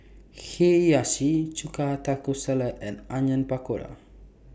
Hiyashi Chuka Taco Salad and Onion Pakora